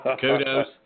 kudos